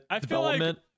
development